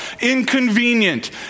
inconvenient